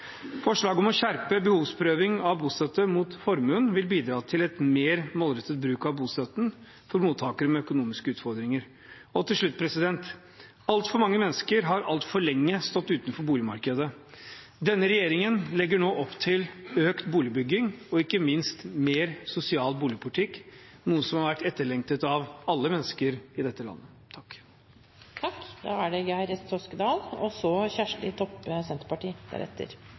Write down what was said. Forslaget om å skjerpe behovsprøving av bostøtte mot formuen vil bidra til en mer målrettet bruk av bostøtten for mottakere med økonomiske utfordringer. Til slutt: Altfor mange mennesker har altfor lenge stått utenfor boligmarkedet. Denne regjeringen legger nå opp til økt boligbygging og ikke minst en mer sosial boligpolitikk, noe som har vært etterlengtet av alle mennesker i dette landet.